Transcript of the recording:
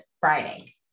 friday